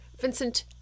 Vincent